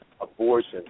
abortion